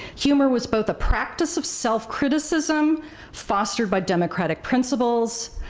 humor was both a practice of self-criticism fostered by democratic principles,